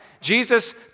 Jesus